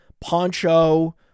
poncho